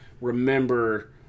remember